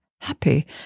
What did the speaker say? happy